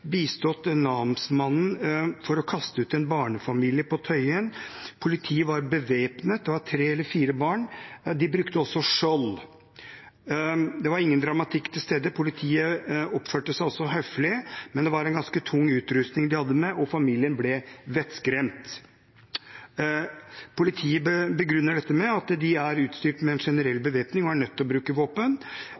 bistått namsmannen i å kaste ut en barnefamilie på Tøyen. Politiet var bevæpnet – det var tre eller fire barn – og de brukte også skjold. Det var ingen dramatikk til stede. Politiet oppførte seg høflig, men de hadde med seg en ganske tung utrustning, og familien ble vettskremt. Politiet begrunner dette med at de er utstyrt med en generell bevæpning og er nødt til å bruke våpen.